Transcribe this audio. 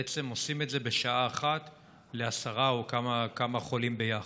בעצם עושים את זה בשעה אחת לעשרה או לכמה חולים ביחד.